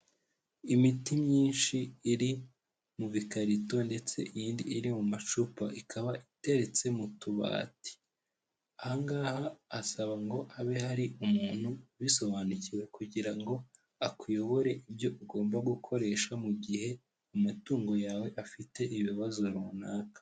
Imiti myinshi iri mu bikarito ndetse indi iri mu macupa ikaba iteretse mu tubati, aha ngaha bisaba ngo habe hari umuntu ubisobanukiwe kugira ngo akuyobore ibyo ugomba gukoresha mu gihe amatungo yawe afite ibibazo runaka.